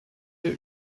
der